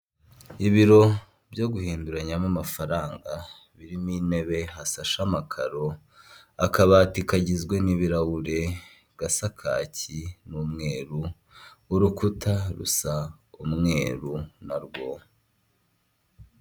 Inzu ikodeshwa iri Kicukiro muri Kigali, ifite ibyumba bine n'amadushe atatu na tuwarete ikaba ikodeshwa amafaranga ibihumbi magana atanu ku kwezi.